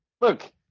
Look